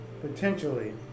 Potentially